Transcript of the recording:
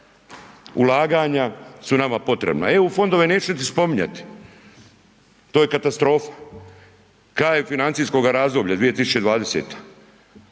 Ulaganja su nama potrebna, eu fondove neću ni spominjati, to je katastrofa, kraj financijskoga razdoblja 2020.